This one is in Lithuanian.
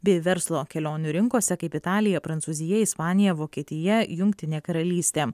bei verslo kelionių rinkose kaip italija prancūzija ispanija vokietija jungtinė karalystė